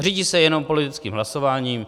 Řídí se jenom politickým hlasováním.